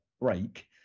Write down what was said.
break